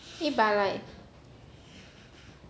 eh but like